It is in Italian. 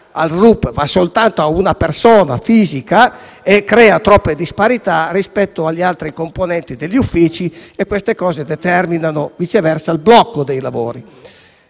al RUP va soltanto a una persona fisica, si crea un'eccessiva disparità rispetto agli altri componenti degli uffici e ciò determina, viceversa, il blocco dei lavori.